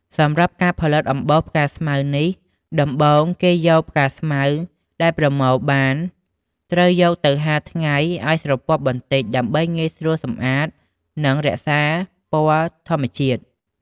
សម្រាប់ការផលិតអំបោសផ្កាស្មៅនេះ ដំបូងគេយកផ្កាស្មៅដែលប្រមូលបាន ត្រូវយកទៅហាលថ្ងៃឲ្យស្រពាប់បន្តិចដើម្បីងាយស្រួលសម្អាត និងរក្សាពណ៌ធម្មជាតិ។